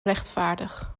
rechtvaardig